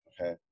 Okay